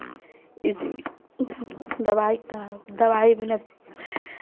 इसलिए दवाई का दवाई बिना